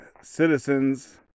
Citizens